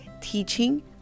teaching